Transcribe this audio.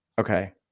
okay